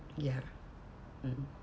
ya mm